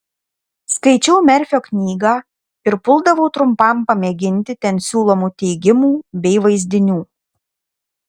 skaičiau merfio knygą ir puldavau trumpam pamėginti ten siūlomų teigimų bei vaizdinių